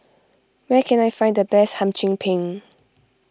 where can I find the best Hum Chim Peng